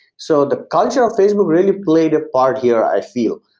so the culture of facebook really played a part here i feel.